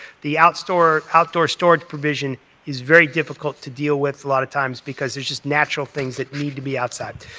the outdoor outdoor storage provision is very difficult to deal with a lot of times because there's just natural things that need to be outside.